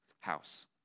house